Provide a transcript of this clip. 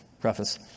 preface